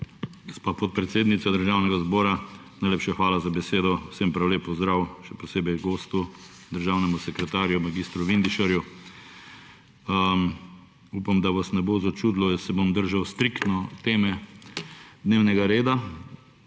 Gospa podpredsednica Državnega zbora, najlepša hvala za besedo. Vsem prav lep pozdrav, še posebej gostu, državnemu sekretarju mag. Vindišarju! Upam, da vas ne bo začudilo, jaz se bom držal striktno teme dnevnega reda.